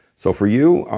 so for you,